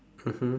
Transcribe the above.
mmhmm